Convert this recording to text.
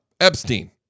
Epstein